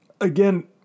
again